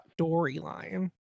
storyline